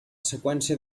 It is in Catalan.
seqüència